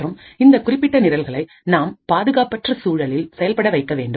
மற்றும் இந்த குறிப்பிட்ட நிரல்களை நாம் பாதுகாப்பற்ற சூழலில் செயல்பட வைக்க வேண்டும்